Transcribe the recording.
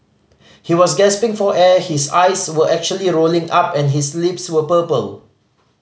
he was gasping for air his eyes were actually rolling up and his lips were purple